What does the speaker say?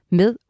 med